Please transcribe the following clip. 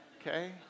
okay